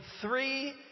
three